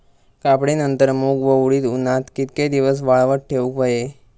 कापणीनंतर मूग व उडीद उन्हात कितके दिवस वाळवत ठेवूक व्हये?